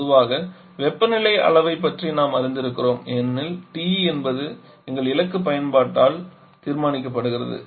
பொதுவாக வெப்பநிலை அளவைப் பற்றி நாம் அறிந்திருக்கிறோம் ஏனெனில் TE என்பது எங்கள் இலக்கு பயன்பாட்டால் தீர்மானிக்கப்படுகிறது